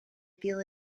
feel